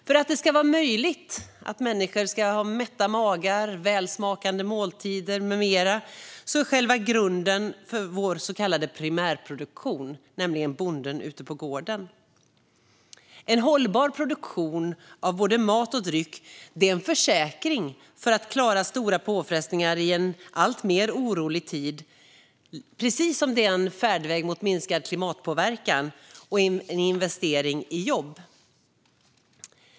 För att det ska vara möjligt för människor att ha mätta magar, välsmakande måltider med mera är själva grunden för vår så kallade primärproduktion bonden ute på gården. En hållbar produktion av både mat och dryck är en försäkring för att klara stora påfrestningar i en alltmer orolig tid. Det är också en färdväg för minskad klimatpåverkan och en investering i jobb.